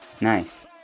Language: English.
nice